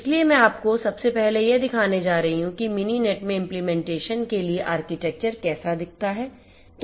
इसलिए मैं आपको सबसे पहले यह दिखाने जा रही हूं कि MININET में implementation के लिए यह आर्किटेक्चर कैसा दिखता है